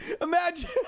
Imagine